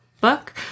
book